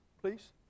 please